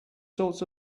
sorts